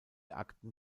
akten